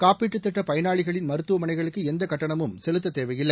காப்பீட்டுத் திட்டத்தின் பயனாளிகள் மருத்துவமனைகளுக்கு எந்த கட்டணமும் செலுத்த தேவையில்லை